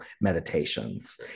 meditations